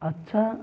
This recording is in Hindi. अच्छा